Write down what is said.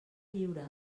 lliure